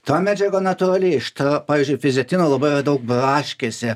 ta medžiaga natūrali šita pavyzdžiui fizetino labai yra daug braškėse